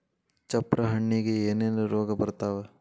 ಚಪ್ರ ಹಣ್ಣಿಗೆ ಏನೇನ್ ರೋಗ ಬರ್ತಾವ?